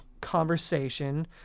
conversation